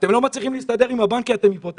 אתם לא מצליחים להסתדר עם הבנקים כי אתם אימפוטנטים?